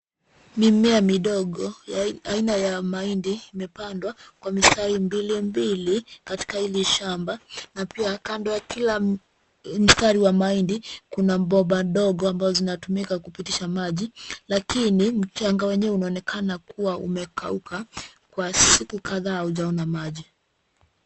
Mimea midogo aina ya mahindi imepandwa kwa mistari mbili mbili katika hili shamba na pia kando ya kila mstari wa mahindi kuna bomba dogo ambao zinatumika kupitisha maji lakini mchanga wenyewe unaonekana kua umekauka kwa siku kadhaa haujaona maji.